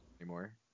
anymore